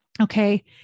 Okay